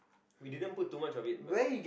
we didn't put too much of it but